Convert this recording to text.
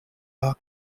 are